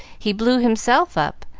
he blew himself up,